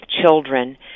children